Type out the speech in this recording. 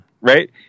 right